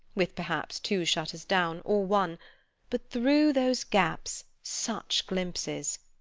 with perhaps two shutters down, or one but through those gaps such glimpses!